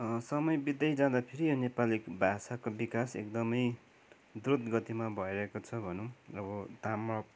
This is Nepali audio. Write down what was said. समय बित्दै जाँदाखेरि नेपाली भाषाको विकास एकदमै द्रुत गतिमा भइरहेको छ भनौँ अब ताम्र